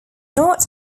not